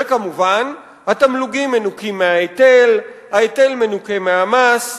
כמובן, התמלוגים מנוכים מההיטל, ההיטל מנוכה מהמס.